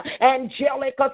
angelic